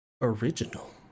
original